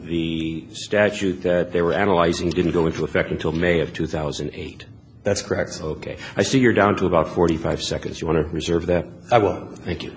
the statute that they were analyzing didn't go into effect until may of two thousand and eight that's correct ok i see you're down to about forty five seconds you want to reserve that